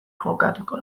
jokatuko